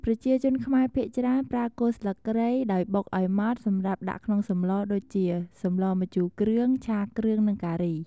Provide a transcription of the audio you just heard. ប្រជាជនខ្មែរភាគច្រើនប្រើគល់ស្លឹកគ្រៃដោយបុកឱ្យម៉ត់សម្រាប់ដាក់ក្នុងសម្លដូចជា សម្លម្ជូរគ្រឿង, ឆាគ្រឿងនិងការី។